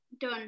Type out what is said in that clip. done